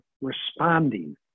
responding